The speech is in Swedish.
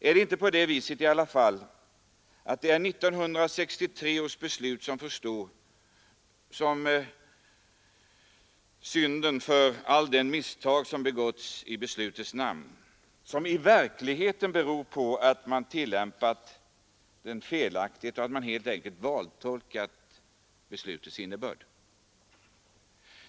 Är det ändå inte så att 1963 års beslut får stå som syndaren för alla de misstag som begåtts i beslutets namn men som i verkligheten beror på att man har tillämpat det felaktigt och helt enkelt vantolkat beslutets innebörd?